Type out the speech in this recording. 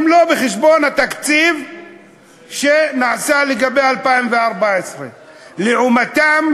הם לא בחשבון התקציב שנעשה לגבי 2014. לעומתם,